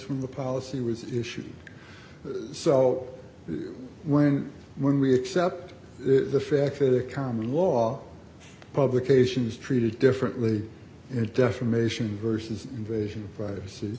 from the policy was issued so when when we accept the fact that the common law publication is treated differently in a defamation versus invasion of privacy